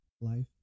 Life